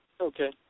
Okay